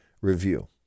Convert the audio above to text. review